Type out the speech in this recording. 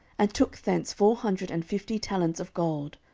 and took thence four hundred and fifty talents of gold,